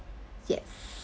yes